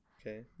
Okay